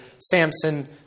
Samson